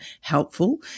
helpful